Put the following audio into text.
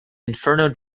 inferno